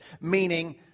Meaning